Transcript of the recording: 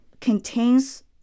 contains